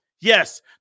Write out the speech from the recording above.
Yes